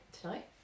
tonight